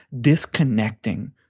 disconnecting